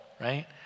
right